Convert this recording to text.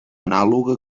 anàloga